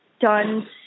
done